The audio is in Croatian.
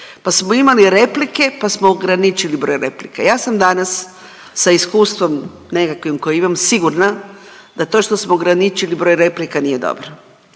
Pa smo imali replike, pa smo ograničili broj replika. Ja sam danas, sa iskustvom nekakvim koji imam sigurna da to što smo ograničili broj replika nije dobro.